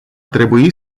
trebui